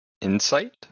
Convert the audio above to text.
insight